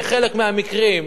בחלק מהמקרים,